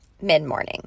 mid-morning